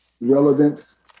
relevance